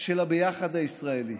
של הביחד הישראלי,